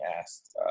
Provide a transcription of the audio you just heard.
asked